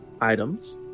items